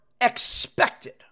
expected